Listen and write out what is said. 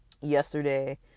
yesterday